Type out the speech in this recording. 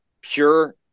pure